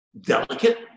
delicate